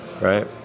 right